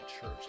Church